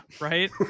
right